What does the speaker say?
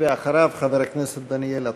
אחריו, חבר הכנסת דניאל עטר.